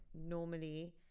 normally